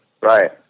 Right